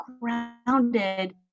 grounded